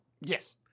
Yes